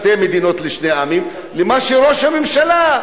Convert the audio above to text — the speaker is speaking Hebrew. שתי מדינות לשני עמים למה שראש הממשלה,